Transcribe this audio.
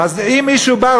אז אם מישהו בא,